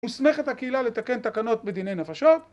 נסמכת הקהילה לתקן תקנות בדיני נפשות.